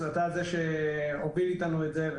ואתה זה שהוביל איתנו את זה.